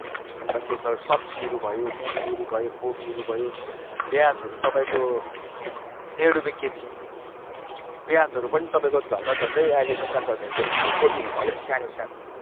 अन्त त्यो त सब्जीहरू भयो मुलाहरू भयो कोपीहरू भयो पियाजहरू तपाईँको डेढ रुपियाँ केजी प्याजहरू पनि तपाईँको झन्डै झन्डै अहिले विचार गर्दाखेरि चाहिँ फुलकोपीभन्दा अलिक सानो सानो